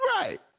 Right